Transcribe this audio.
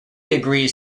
agrees